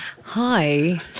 Hi